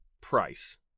price